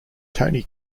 tony